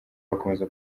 bakomeje